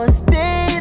stay